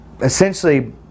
Essentially